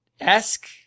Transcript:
esque